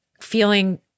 feeling